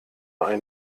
ein